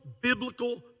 biblical